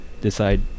decide